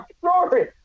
sorry